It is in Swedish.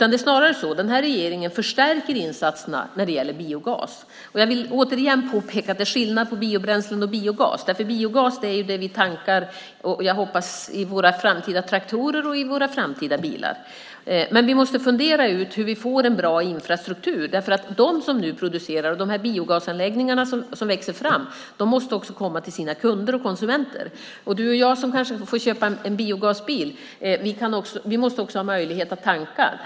Det är snarare så att den här regeringen förstärker insatserna när det gäller biogas. Jag vill återigen påpeka att det är skillnad på biobränslen och biogas. Biogas är det som jag hoppas att vi tankar i våra framtida traktorer och i våra framtida bilar. Men vi måste fundera ut hur vi får en bra infrastruktur, därför att de som nu producerar och de biogasanläggningar som växer fram måste nå fram till sina kunder och konsumenter. Du och jag som kanske får köpa en biogasbil måste också ha möjlighet att tanka.